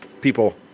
people